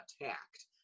attacked